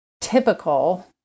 typical